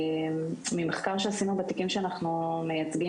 ממחקר שעשינו בתיקים שאנחנו מייצגים,